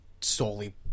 solely